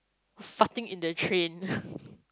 farting in the train